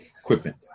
equipment